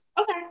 Okay